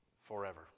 forever